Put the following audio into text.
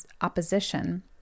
opposition